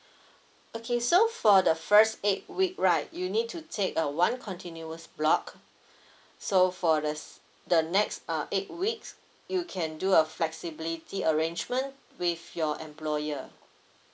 okay so for the first eight week right you need to take a one continuous block so for the s~ the next uh eight weeks you can do a flexibility arrangement with your employer